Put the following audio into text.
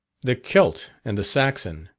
the celt and the saxon,